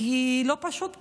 כי לא פשוט פה,